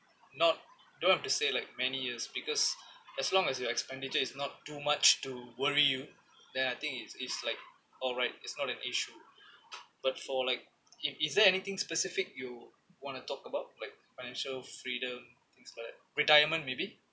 not don't have to say like many years because as long as your expenditure is not too much to worry you then I think it's it's like alright it's not an issue but for like is is there anything specific you want to talk about like financial freedom things like that retirement maybe